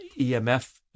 EMF